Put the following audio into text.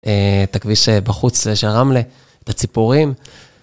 את הכביש בחוץ של רמלה, את הציפורים.